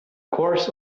course